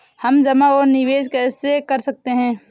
हम जमा और निवेश कैसे कर सकते हैं?